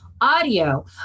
audio